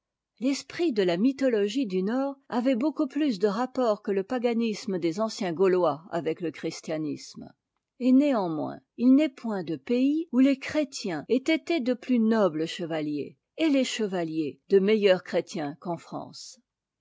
l'esprit de la mythologie du nord avait beaucoup plus de rapport que le paganisme des anciens au ois avec le christianisme et néanmoins il n'est point de pays où les chrétiens aient été de plus nobles chevaliers et les chevaliers de meilleurs chrétiens qu'en france